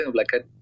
Blackhead